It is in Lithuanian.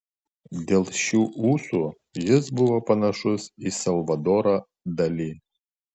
dėl šių ūsų jis buvo panašus į salvadorą dali